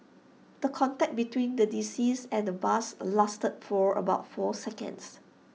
the contact between the deceased and the bus lasted for about four seconds